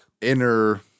inner